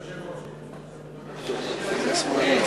היושב-ראש,